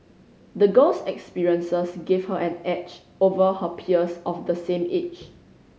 the girl's experiences gave her an edge over her peers of the same age